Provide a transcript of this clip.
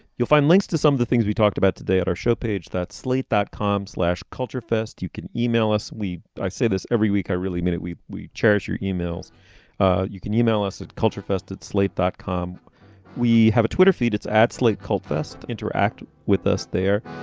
you'll find links to some of the things we talked about today at our show page that slate dot com slash culture fest. you can email us we say this every week. i really mean it we we cherish your emails ah you can email us at culture fest at slate dot com we have a twitter feed it's at slate called fest interact with us there.